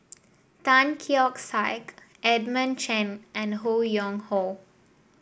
Tan Keong Saik Edmund Chen and Ho Yuen Hoe